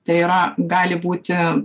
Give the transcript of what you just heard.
tai yra gali būti